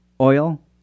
oil